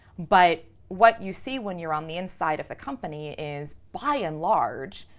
but what you see when you're on the inside of the company is, by and large,